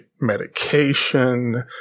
medication